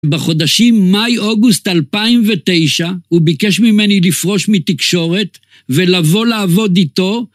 בחודשים מאי אוגוסט אלפיים ותשע הוא ביקש ממני לפרוש מתקשורת ולבוא לעבוד איתו